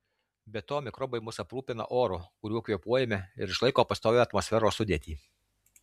be to mikrobai mus aprūpina oru kuriuo kvėpuojame ir išlaiko pastovią atmosferos sudėtį